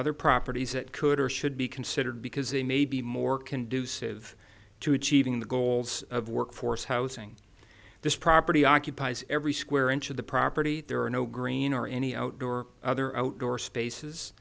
other properties that could or should be considered because they may be more conducive to achieving the goals of workforce housing this property occupies every square inch of the property there are no green or any outdoor other outdoor spaces